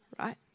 right